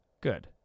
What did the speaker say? good